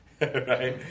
Right